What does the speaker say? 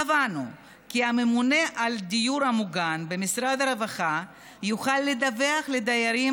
קבענו כי הממונה על הדיור המוגן במשרד הרווחה יוכל לדווח לדיירים